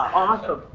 awesome!